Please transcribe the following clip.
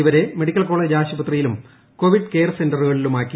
ഇവരെ medical college ആശുപത്രിയിലും Covid കെയർസെന്ററുകളിലുമാക്കി